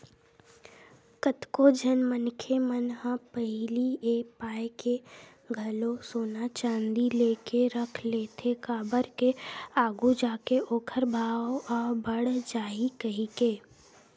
कतको झन मनखे मन ह पहिली ए पाय के घलो सोना चांदी लेके रख लेथे काबर के आघू जाके ओखर भाव ह बड़ जाही कहिके